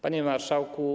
Panie Marszałku!